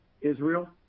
Israel